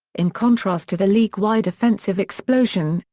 in contrast to the league-wide offensive explosion,